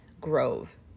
grove